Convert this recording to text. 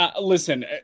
Listen